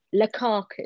Lukaku